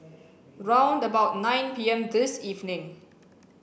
round about nine P M this evening